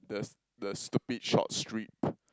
the the stupid short strip